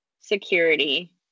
security